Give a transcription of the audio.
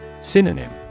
Synonym